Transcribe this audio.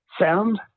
Sound